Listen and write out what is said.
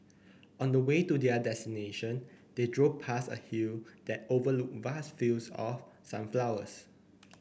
on the way to their destination they drove past a hill that overlooked vast fields of sunflowers